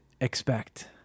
expect